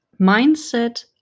mindset